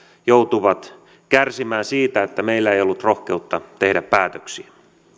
joutuvat kärsimään siitä että meillä ei ollut rohkeutta tehdä päätöksiä